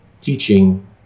teaching